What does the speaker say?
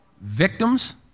victims